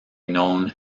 known